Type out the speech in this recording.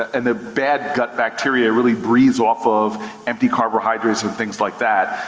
and the bad gut bacteria really breeds off of empty carbohydrates and things like that.